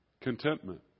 contentment